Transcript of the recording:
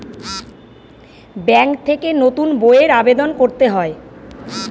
bank থেকে নতুন বইয়ের আবেদন করতে হয়